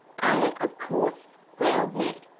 oh, of course, growled nat,